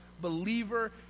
believer